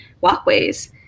walkways